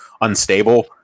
unstable